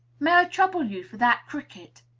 may i trouble you for that cricket?